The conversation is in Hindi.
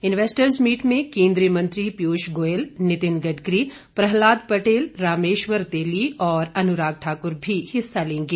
इन्वेस्टर्स मीट में केंद्रीय मंत्री पियूष गोयल नितिन गडकरी प्रहलाद पटेल रामेश्वर तेली और अनुराग ठाकुर भी हिस्सा लेंगे